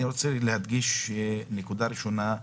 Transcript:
אני רוצה להדגיש נקודה ראשונה: